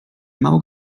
mało